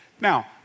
Now